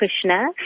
Krishna